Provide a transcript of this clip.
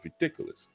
ridiculous